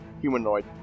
Humanoid